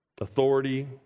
authority